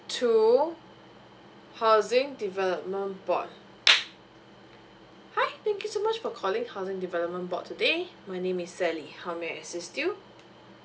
two housing development board hi thank you so much for calling housing development board today my name is sally how may I assist you